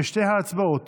ושתי ההצבעות